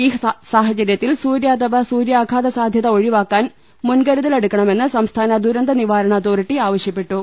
ഈ സാഹചര്യത്തിൽ സൂര്യാ തപ സൂര്യാഘാത സാധൃത ഒഴിവാക്കാൻ മുൻകരു തൽ എടുക്കണമെന്ന് സംസ്ഥാന ദുരന്തനിവാരണ അതോറിറ്റി ആവശ്യപ്പെട്ടു